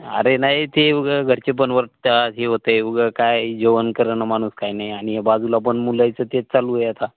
अरे नाही ते उगाच घरचे पण ओरडतात हे होतं आहे उगाच काय जेवण करेना माणूस काय नाही आणि बाजूला पण मुलायचं तेच चालू आहे आता